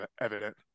evident